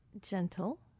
gentle